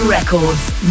Records